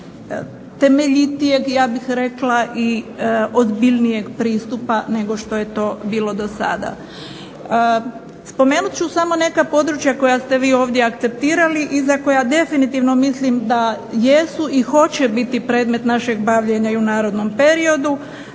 temeljitijeg ja bih rekla i ozbiljnijeg pristupa nego što je to bilo do sada. Spomenut ću samo neka područja koja ste vi ovdje akceptirali i za koja definitivno mislim da jesu i hoće biti predmet našeg bavljenja i u narednom periodu.